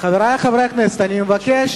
אני מבקש